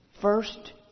First